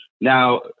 now